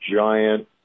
giant